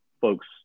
folks